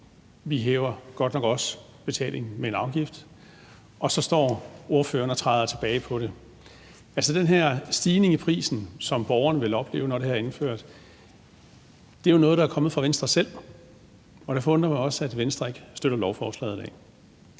og hvor vi godt nok også hæver betalingen med en afgift, og så står ordføreren og træder tilbage i forhold til det. Altså, den her stigning i prisen, som borgerne vil opleve, når det her er indført, er jo noget, der er kommet fra Venstre selv. Derfor undrer det mig også, at Venstre ikke støtter lovforslaget i